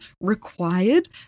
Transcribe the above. required